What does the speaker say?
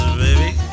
baby